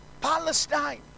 Palestine